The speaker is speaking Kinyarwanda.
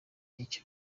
icyo